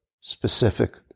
specific